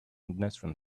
neutron